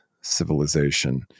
civilization